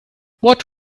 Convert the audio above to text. what